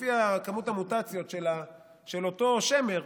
לפי כמות המוטציות של אותו שמר,